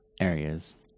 areas